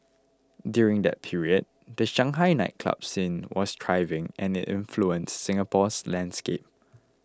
during that period the Shanghai nightclub scene was thriving and it influenced Singapore's landscape